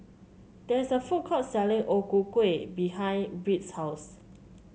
there is a food court selling O Ku Kueh behind Britt's house